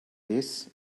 this